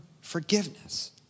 forgiveness